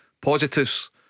positives